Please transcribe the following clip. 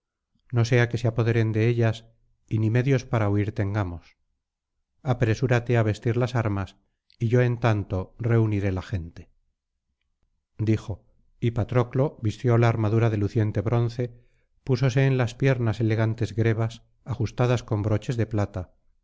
no sea que se apoderen de ellas y ni medios para huir tengamos apresúrate á vestir las armas y yo en tanto reuniré la gente dijo y patroclo vistió lia armadura de luciente bronce púsose en las piernas elegantes grebas ajustadas con broches de plata